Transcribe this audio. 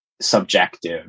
subjective